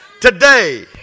today